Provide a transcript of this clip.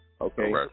okay